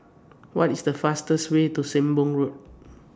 What IS The fastest Way to Sembong Road